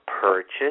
purchase